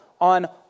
on